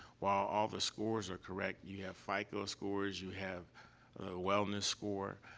while all the scores are correct you have fico scores, you have a wellness score